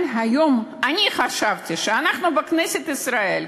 אבל היום אני חשבתי שאנחנו בכנסת ישראל,